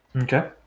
Okay